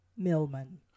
millman